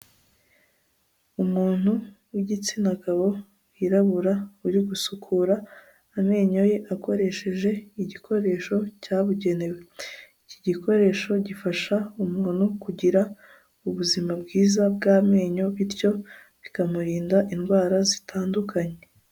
Umuntu w'igitsina gabo wirabura, uri gusukura amenyo ye akoresheje igikoresho cyabugenewe, iki gikoresho gifasha umuntu kugira ubuzima bwiza bw'amenyo bityo bikamurinda indwara zitandukanye.